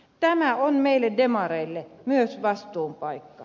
tämä on meille demareille myös vastuun paikka